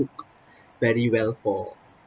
cook very well for